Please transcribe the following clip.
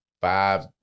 five